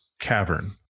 cavern